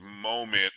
moment